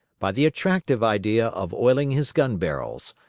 by the attractive idea of oiling his gun-barrels,